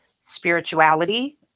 spirituality